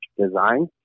design